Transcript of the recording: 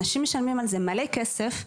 אנשים משלמים על זה מלא כסף.